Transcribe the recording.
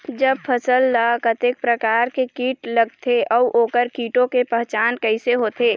जब फसल ला कतेक प्रकार के कीट लगथे अऊ ओकर कीटों के पहचान कैसे होथे?